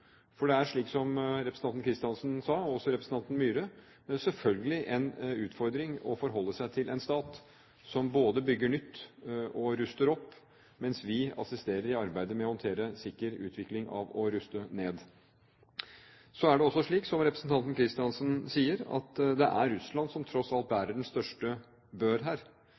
For det er, slik som representantene Kristiansen og Myhre sa, selvfølgelig en utfordring å forholde seg til en stat som både bygger nytt og ruster opp, mens vi assisterer i arbeidet med å håndtere en sikker utvikling når det gjelder å ruste ned. Så er det også slik, som representanten Kristiansen sier, at det er Russland som tross alt bærer den største bør her.